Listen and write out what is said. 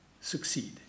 succeed